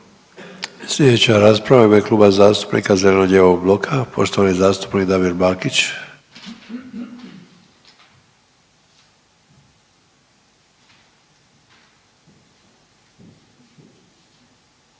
Sljedeća rasprava u ime Kluba zastupnika Zeleno-lijevog bloka poštovani zastupnik Damir Bakić.